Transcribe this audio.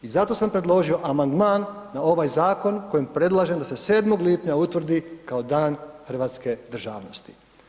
I zato sam predložio amandman na ovaj zakon kojim predlažem da se 7. lipnja utvrdi kao Dan hrvatske državnost.